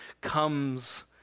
comes